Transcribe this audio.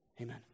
Amen